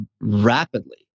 rapidly